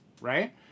right